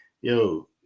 yo